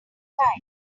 time